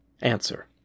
Answer